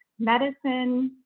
medicine,